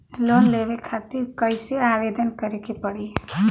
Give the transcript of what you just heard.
Loan लेवे खातिर कइसे आवेदन करें के पड़ी?